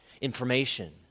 information